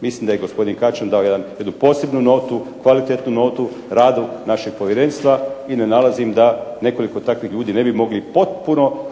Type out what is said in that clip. Mislim da je gospodin Kačan dao jednu posebnu notu, kvalitetnu notu radu našeg povjerenstva i ne nalazim da nekoliko takvih ljudi ne bi mogli potpuno